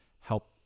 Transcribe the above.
help